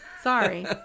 Sorry